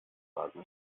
wagen